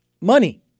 money